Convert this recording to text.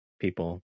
people